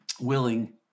willing